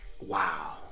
Wow